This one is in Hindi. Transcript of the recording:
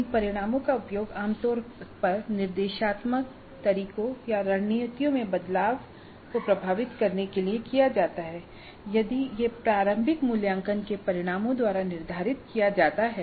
इन परिणामों का उपयोग आमतौर पर निर्देशात्मक तरीकों या रणनीतियों में बदलाव को प्रभावित करने के लिए किया जाता है यदि यह प्रारंभिक मूल्यांकन के परिणामों द्वारा निर्धारित किया जाता है